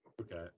Okay